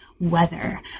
weather